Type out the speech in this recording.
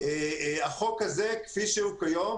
החוק הזה כפי שהוא כיום,